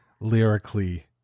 lyrically